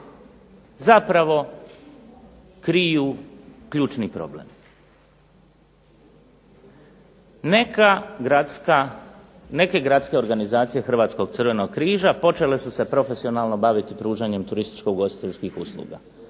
zapravo kriju ključni problem. Neka gradska, neke gradske organizacije Hrvatskog crvenog križa počele su se profesionalno baviti pružanjem turističko-ugostiteljskih usluga,